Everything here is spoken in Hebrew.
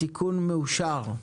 התיקון מאושר.